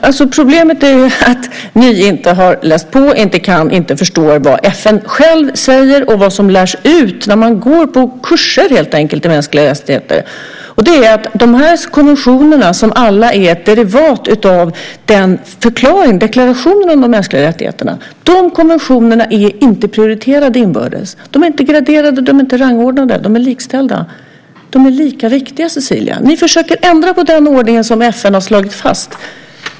Fru talman! Problemet är att ni inte har läst på, inte kan och inte förstår vad FN självt säger och vad som helt enkelt lärs ut när man går på kurser i mänskliga rättigheter. De här konventionerna, som alla är derivat av deklarationen om de mänskliga rättigheterna, är inte prioriterade inbördes. De är inte graderade. De är inte rangordnade utan är likställda. De är lika viktiga, Cecilia! Ni försöker ändra på den ordning som FN har slagit fast.